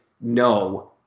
no